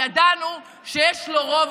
ידענו שיש לו רוב,